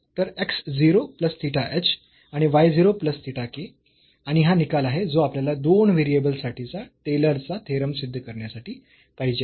तर x 0 plus theta h आणि y 0 plus theta k आणि हा निकाल आहे जो आपल्याला दोन व्हेरिएबल्स साठीचा टेलरचा थेरम सिद्ध करण्यासाठी पाहिजे आहे